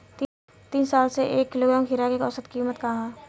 तीन साल से एक किलोग्राम खीरा के औसत किमत का ह?